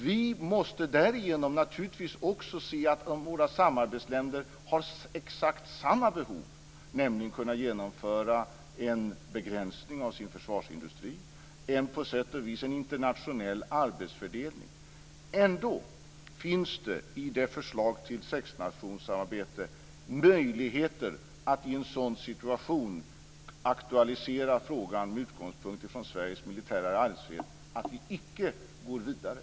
Vi måste därigenom naturligtvis också se att våra samarbetsländer har exakt samma behov, nämligen att kunna genomföra en begränsning av sin försvarsindustri. Det är på sätt och vis en internationell arbetsfördelning. Ändå finns det i förslaget till sexnationssamarbete möjligheter att i en sådan situation aktualisera frågan att inte gå vidare, med utgångspunkt från Sveriges militära alliansfrihet.